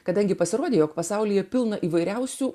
kadangi pasirodė jog pasaulyje pilna įvairiausių